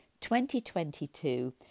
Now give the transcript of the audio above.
2022